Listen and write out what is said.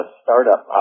startup